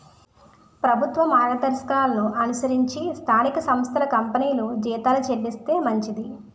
ప్రభుత్వ మార్గదర్శకాలను అనుసరించి స్థానిక సంస్థలు కంపెనీలు జీతాలు చెల్లిస్తే మంచిది